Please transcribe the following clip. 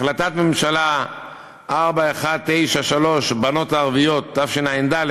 החלטת ממשלה 4193, בנות ערביות, תשע"ד,